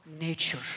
nature